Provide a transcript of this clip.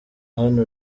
hano